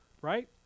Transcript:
Right